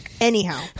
Anyhow